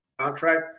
contract